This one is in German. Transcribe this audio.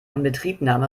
inbetriebnahme